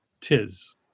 tis